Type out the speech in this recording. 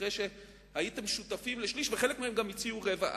אחרי שהייתם שותפים לשליש וחלק מכם גם הציעו אז רבע.